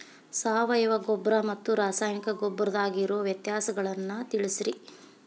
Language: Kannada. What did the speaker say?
ಸಾವಯವ ಗೊಬ್ಬರ ಮತ್ತ ರಾಸಾಯನಿಕ ಗೊಬ್ಬರದಾಗ ಇರೋ ವ್ಯತ್ಯಾಸಗಳನ್ನ ತಿಳಸ್ರಿ